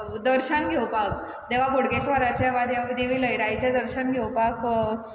दर्शन घेवपाक देवा बोडगेश्र्वराचे वा देवी लयराईचें दर्शन घेवपाक